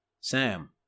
Sam